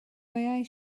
wyau